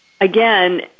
again